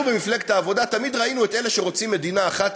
אנחנו במפלגת העבודה תמיד ראינו את זה באלה שרוצים מדינה אחת,